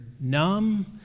numb